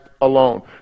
alone